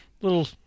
little